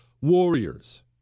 warriors